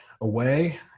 away